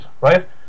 right